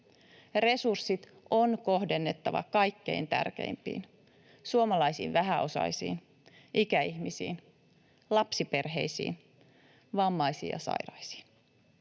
Resurssit on kohdennettava kaikkein tärkeimpiin: suomalaisiin vähäosaisiin, ikäihmisiin, lapsiperheisiin, vammaisiin ja sairaisiin.